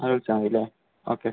ആ വിളിച്ചാൽ മതി അല്ലേ ഓക്കെ